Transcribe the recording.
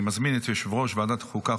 אני מזמין את יושב-ראש ועדת החוקה,